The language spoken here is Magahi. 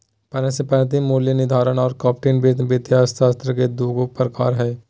परिसंपत्ति मूल्य निर्धारण और कॉर्पोरेट वित्त वित्तीय अर्थशास्त्र के दू गो प्रकार हइ